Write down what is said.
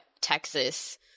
Texas